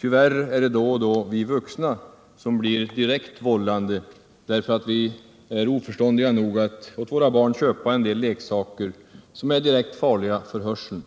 Tyvärr är det då och då vi vuxna som är direkt vållande, därför att vi är oförståndiga nog att till våra barn köpa vissa leksaker, som är direkt farliga för hörseln.